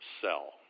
sell